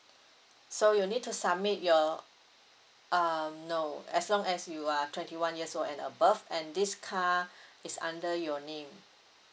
so you need to submit your um no as long as you are twenty one years old and above and this car is under your name